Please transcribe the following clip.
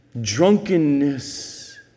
drunkenness